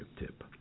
tip